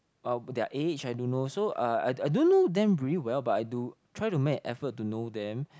uh their age I don't know so uh I I don't know them very well but I do try to make an effort to know them